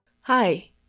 Hi